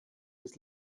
des